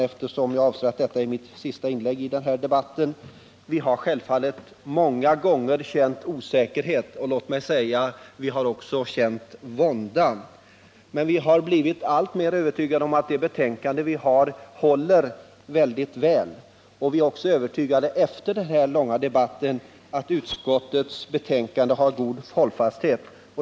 Eftersom jag avser att detta skall bli mitt sista inlägg i denna debatt vill jag, herr talman, avslutningsvis säga att vi självfallet många gånger har känt osäkerhet och — låt mig säga det — även vånda. Men vi har blivit alltmer övertygade om att det betänkande vi lagt fram håller mycket väl, och under denna långa debatt har vår övertygelse att utskottsbetänkandet äger god hållfasthet stärkts.